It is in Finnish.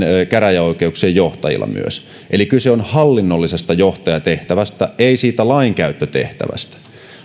käräjäoikeuksien johtajilla eli kyse on hallinnollisesta johtajatehtävästä ei lainkäyttötehtävästä